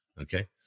Okay